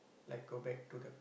like go back to the